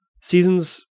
Season's